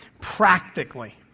practically